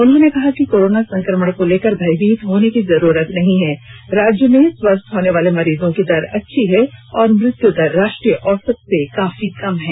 उन्होंने कहा कि कोरोना संक्रमण को लेकर भयभीत होने की जरूरत नहीं है राज्य में स्वस्थ होने वाले मरीजों की दर अच्छी है और मृत्यु दर राष्ट्रीय औसत से काफी कम है